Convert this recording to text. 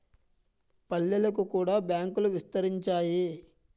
పల్లెలకు కూడా బ్యాంకులు విస్తరించాయి